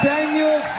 Daniel